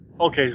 Okay